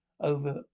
over